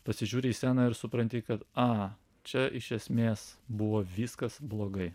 pasižiūri į sceną ir supranti kad a čia iš esmės buvo viskas blogai